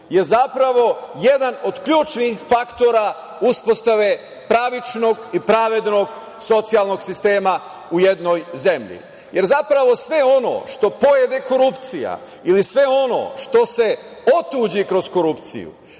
je zapravo jedan od ključnih faktora uspostave pravičnog i pravednog socijalnog sistema u jednoj zemlji, jer sve ono što pojede korupcija ili sve ono što se otuđi kroz korupciju